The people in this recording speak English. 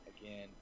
again